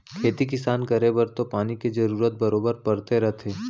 खेती किसान करे बर तो पानी के जरूरत बरोबर परते रथे